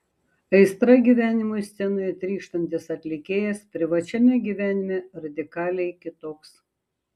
aistra gyvenimui scenoje trykštantis atlikėjas privačiame gyvenime radikaliai kitoks